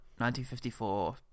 1954